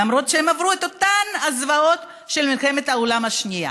למרות שהם עברו את אותן הזוועות של מלחמת העולם השנייה: